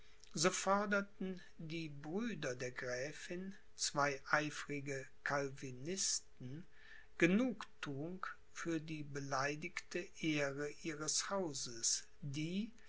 so forderten die brüder der gräfin zwei eifrige calvinisten genugtuung für die beleidigte ehre ihres hauses die